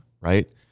right